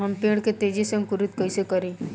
हम पेड़ के तेजी से अंकुरित कईसे करि?